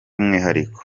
mwihariko